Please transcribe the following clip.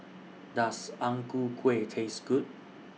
Does Ang Ku Kueh Taste Good